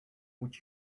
would